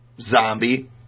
zombie